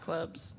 Clubs